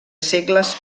segles